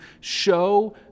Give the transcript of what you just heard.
show